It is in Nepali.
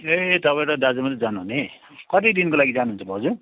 ए तपाईँ र दाजु मात्र जानु हुने कति दिनको लागि जानु हन्छ भाउजू